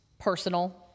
personal